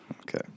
Okay